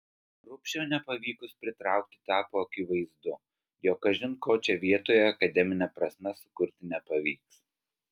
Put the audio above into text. rubšio nepavykus pritraukti tapo akivaizdu jog kažin ko čia vietoje akademine prasme sukurti nepavyks